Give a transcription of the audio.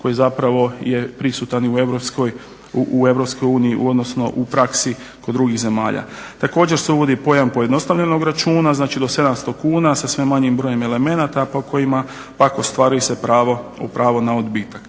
koji zapravo je prisutan u EU, odnosno u praksi kod drugih zemalja. Također se uvodi pojam pojednostavljenog računa, znači do 700 kuna sa sve manjim brojem elementa kojima pak ostvaruje se pravo u pravo na odbitak.